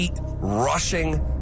rushing